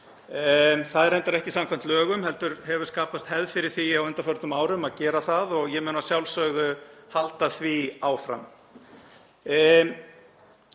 Það er reyndar ekki samkvæmt lögum heldur hefur skapast hefð fyrir því á undanförnum árum að gera það og ég mun að sjálfsögðu halda því áfram.